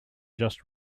just